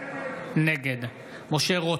נגד משה רוט,